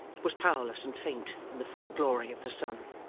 was powerless and faint in the full glory of the sun.